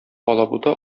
алабута